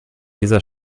dieser